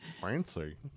Fancy